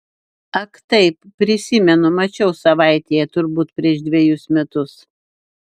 ak taip prisimenu mačiau savaitėje turbūt prieš dvejus metus